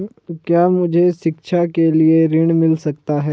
क्या मुझे शिक्षा के लिए ऋण मिल सकता है?